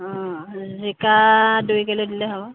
অঁ জিকা দুই কিলো দিলেই হ'ব